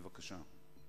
בבקשה.